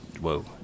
Whoa